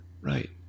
right